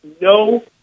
no